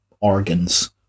organs